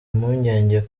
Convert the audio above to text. impungenge